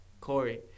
Corey